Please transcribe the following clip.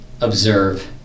observe